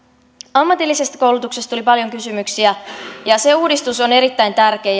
ammatillisesta koulutuksesta tuli paljon kysymyksiä ja se uudistus on erittäin tärkeä